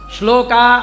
Shloka